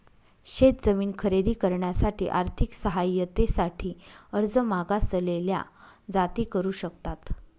शेत जमीन खरेदी करण्यासाठी आर्थिक सहाय्यते साठी अर्ज मागासलेल्या जाती करू शकतात